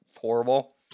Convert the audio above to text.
horrible